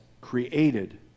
created